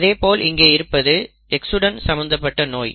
அதேபோல் இங்கே இருப்பது X உடன் சம்மந்தப்பட்ட நோய்